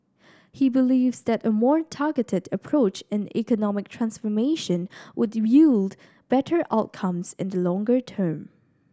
he believes that a more targeted approach in economic transformation would yield better outcomes in the longer term